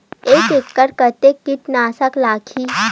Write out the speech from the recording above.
एक एकड़ कतेक किट नाशक लगही?